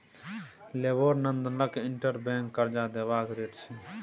LIBOR लंदनक interbank करजा देबाक रेट छै